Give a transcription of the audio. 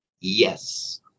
Yes